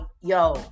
yo